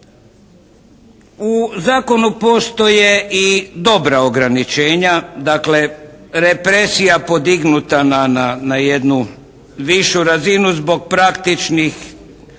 U Zakonu postoje i dobra ograničenja. Dakle represija podignuta na jednu višu razinu zbog praktičnih potreba.